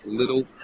little